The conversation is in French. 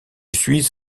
suis